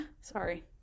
sorry